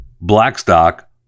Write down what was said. Blackstock